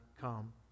come